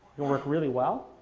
it'll work really well,